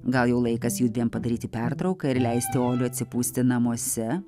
gal jau laikas judviem padaryti pertrauką ir leisti atsipūsti namuose